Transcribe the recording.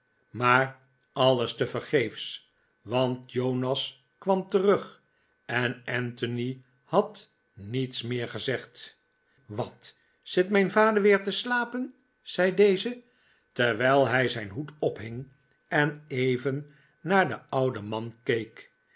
maar alles tevergeefs want jonas kwairt terug en anthony had niets meer gezegd wat zit mijn vader weer te slapen zei deze terwijl hij zijn hoed ophing en even naar den ouden man